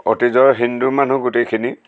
অতীজৰ হিন্দু মানুহ গোটেইখিনি